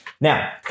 Now